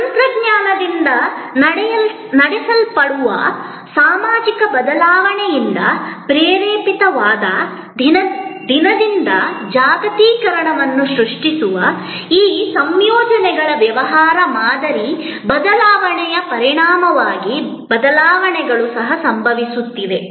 ತಂತ್ರಜ್ಞಾನದಿಂದ ನಡೆಸಲ್ಪಡುವ ಸಾಮಾಜಿಕ ಬದಲಾವಣೆಯಿಂದ ಪ್ರೇರಿತವಾದ ದಿನದಿಂದ ಜಾಗತೀಕರಣವನ್ನು ಸೃಷ್ಟಿಸುವ ಈ ಸಂಯೋಜನೆಗಳ ವ್ಯವಹಾರ ಮಾದರಿ ಬದಲಾವಣೆಯ ಪರಿಣಾಮವಾಗಿ ಬದಲಾವಣೆಗಳು ಸಹ ಸಂಭವಿಸುತ್ತಿವೆ